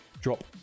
drop